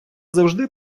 завжди